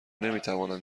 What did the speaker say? نمیتوانند